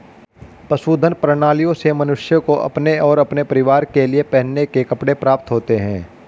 पशुधन प्रणालियों से मनुष्य को अपने और अपने परिवार के लिए पहनने के कपड़े प्राप्त होते हैं